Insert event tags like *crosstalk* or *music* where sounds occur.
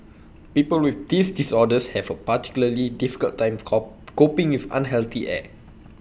people with these disorders have A particularly difficult time *unintelligible* coping with unhealthy air